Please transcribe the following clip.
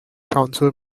council